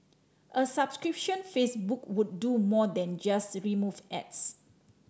a subscription Facebook would do more than just remove ads